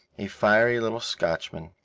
a fiery little scotchman,